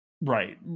Right